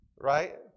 right